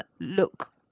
look